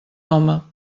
home